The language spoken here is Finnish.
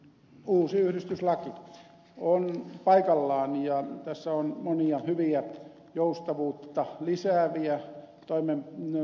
uusi yhdistyslaki on paikallaan ja tässä on monia hyviä joustavuutta lisääviä muutoksia